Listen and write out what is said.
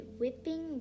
whipping